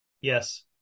Yes